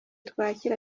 twakira